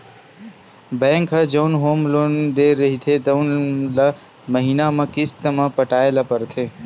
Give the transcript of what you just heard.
bank ह जउन home loan दे रहिथे तउन ल महिना म किस्त म पटाए ल परथे